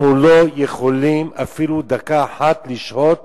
אנחנו לא יכולים אפילו דקה אחת לשהות